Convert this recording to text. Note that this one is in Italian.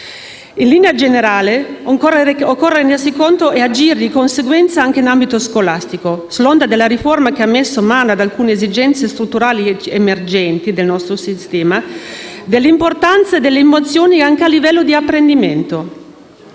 In linea generale, occorre rendersi conto e agire di conseguenza anche in ambito scolastico, sull'onda della riforma che ha messo mano ad alcune esigenze strutturali emergenti del nostro sistema, a cominciare dall'importanza delle emozioni anche a livello di apprendimento.